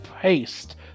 paste